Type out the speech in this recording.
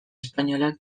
espainolak